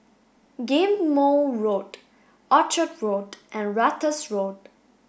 Ghim Moh Road Orchard Road and Ratus Road